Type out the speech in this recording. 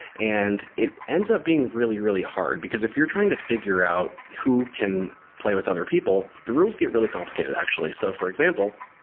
and it ends up being really, really hard. because if you're trying to figure out who can play with other people, the rules get really complicated actually. so, for example,